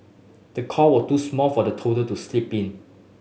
the cot was too small for the toddler to sleep in